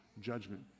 judgment